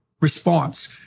response